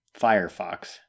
Firefox